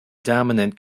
dominant